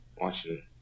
watching